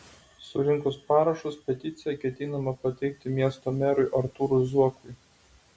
surinkus parašus peticiją ketinama pateikti miesto merui artūrui zuokui